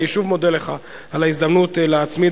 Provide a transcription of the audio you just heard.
אני שוב מודה לך על ההזדמנות להצמיד.